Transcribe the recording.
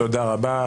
תודה רבה.